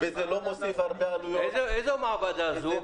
וזה לא מוסיף הרבה עלויות -- איזו מעבדה זו?